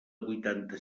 vuitanta